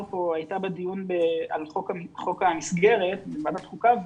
הייתה בדיון על חוק המסגרת בוועדת החוקה,